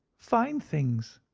fine things!